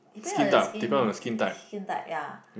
depend on your skin skin type ya